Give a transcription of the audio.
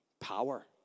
Power